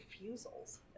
refusals